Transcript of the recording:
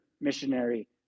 missionary